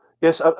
Yes